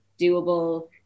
doable